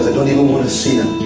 ah don't even want to see them,